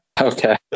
Okay